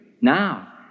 Now